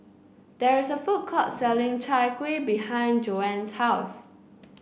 there is a food court selling Chai Kuih behind Joan's house